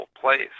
place